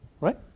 Right